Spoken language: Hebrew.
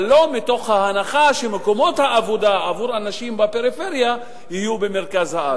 אבל לא מתוך ההנחה שמקומות העבודה עבור אנשים בפריפריה יהיו במרכז הארץ.